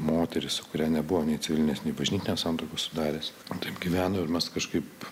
moterį su kuria nebuvo nei civilinės nei bažnytinės santuokos sudaręs taip gyveno ir mes kažkaip